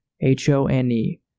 H-O-N-E